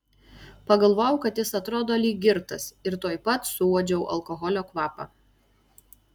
pagalvojau kad jis atrodo lyg girtas ir tuoj pat suuodžiau alkoholio kvapą